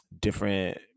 different